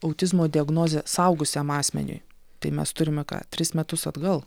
autizmo diagnozė suaugusiam asmeniui tai mes turime ką tris metus atgal